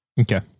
Okay